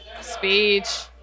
Speech